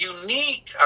unique